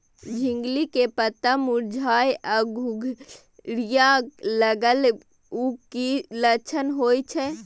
झिंगली के पत्ता मुरझाय आ घुघरीया लागल उ कि लक्षण होय छै?